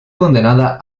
condenada